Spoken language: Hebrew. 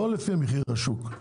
לא לפי מחיר השוק.